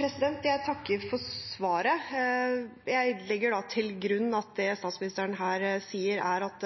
Jeg takker for svaret. Jeg legger da til grunn at det statsministeren her sier, er at